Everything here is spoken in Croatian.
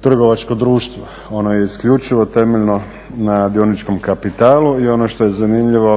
trgovačko društvo. Ono je isključivo temeljeno na dioničkom kapitalu. I ono što je zanimljivo